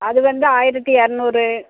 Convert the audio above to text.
அது வந்து ஆயிரத்து இரநூறு